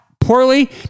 poorly